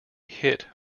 hit